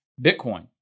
Bitcoin